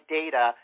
data